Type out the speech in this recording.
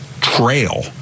trail